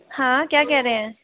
हाँ क्या कह रहे हैं